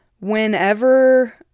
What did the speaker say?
whenever